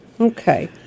Okay